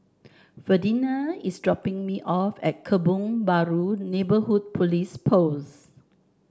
Ferdinand is dropping me off at Kebun Baru Neighbourhood Police Post